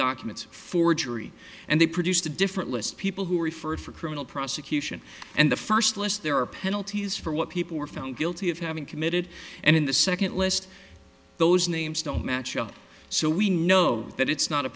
documents forgery and they produced a different list people who are referred for criminal prosecution and the first less there are penalties for what people are found guilty of having committed and in the second list those names don't match up so we know that it's not a